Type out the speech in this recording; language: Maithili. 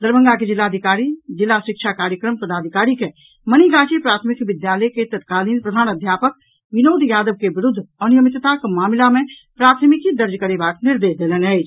दरभंगा के जिलाधिकारी जिला शिक्षा कार्यक्रम पदाधिकारी के मनिगाछी प्राथमिक विद्यालय के तत्कालीन प्रधानाध्यापक विनोद यादव के विरूद्ध अनियमितताक मामिला मे प्राथमिक दर्ज करेबाक निर्देश देलनि अछि